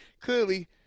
Clearly